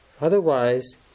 Otherwise